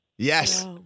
Yes